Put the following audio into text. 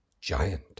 giant